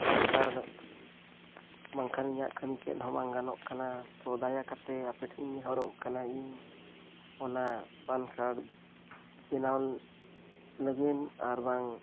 PAN card ᱵᱟᱝᱠᱷᱟᱱ ᱤᱧᱟᱹᱜ ᱠᱟᱹᱢᱤ ᱪᱮᱫᱦᱚᱸ ᱵᱟᱝ ᱜᱟᱱᱚᱜ ᱠᱟᱱᱟ ᱛᱚ ᱫᱟᱭᱟ ᱠᱟᱛᱮᱫ ᱟᱯᱮ ᱴᱷᱮᱱᱤᱧ ᱱᱮᱦᱚᱨᱚᱜ ᱠᱟᱱᱟ ᱤᱧ ᱚᱱᱟ ᱯᱮᱱ ᱠᱟᱨᱰ ᱵᱮᱱᱟᱣ ᱞᱟᱹᱜᱤᱫ ᱟᱨᱵᱟᱝ